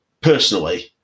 personally